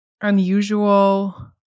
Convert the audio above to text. unusual